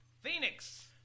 Phoenix